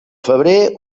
febrer